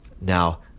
Now